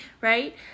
Right